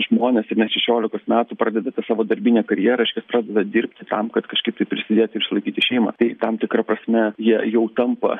žmonės ir net šešiolikos metų pradeda tą savo darbinę karjerą reiškias pradeda dirbti tam kad kažkaip tai prisidėti ir išlaikyti šeimą tai tam tikra prasme jie jau tampa